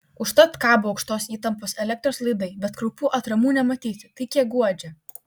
užtat kabo aukštos įtampos elektros laidai bet kraupių atramų nematyti tai kiek guodžia